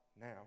now